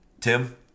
Tim